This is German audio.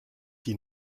die